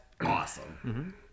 awesome